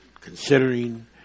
considering